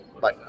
Bye